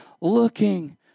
looking